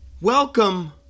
welcome